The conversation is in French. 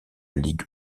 ligue